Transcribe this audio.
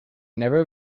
never